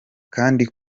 kandi